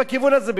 לא על זה אני מדבר,